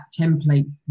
template